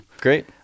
great